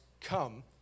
come